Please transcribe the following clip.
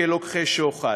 כלוקחי שוחד,